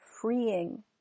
freeing